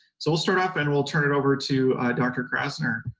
so we'll start up and we'll turn it over to dr. krasner